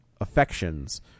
affections